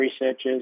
researchers